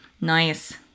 Nice